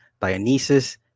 Dionysus